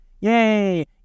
yay